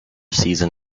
season